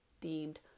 deemed